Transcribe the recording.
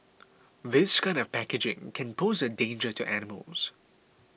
this kind of packaging can pose a danger to animals